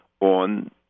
on